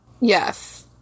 Yes